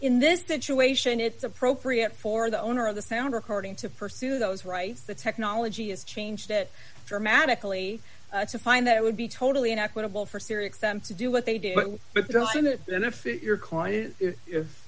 in this situation it's appropriate for the owner of the sound recording to pursue those rights the technology has changed that dramatically to find that it would be totally an equitable for sirius them to do what they did but but the